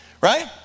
right